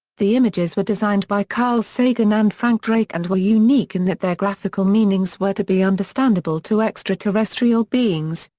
the images were designed by carl sagan and frank drake and were unique in that their graphical meanings were to be understandable to extraterrestrial beings,